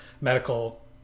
medical